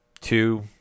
two